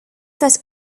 that